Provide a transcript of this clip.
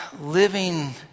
Living